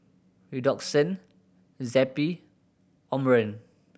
Redoxon Zappy and Omron